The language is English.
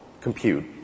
compute